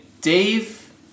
Dave